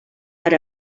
per